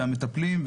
והמטפלים,